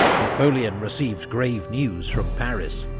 napoleon received grave news from paris